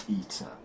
eater